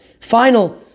Final